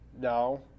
No